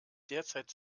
derzeit